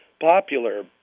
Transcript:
popular